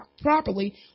properly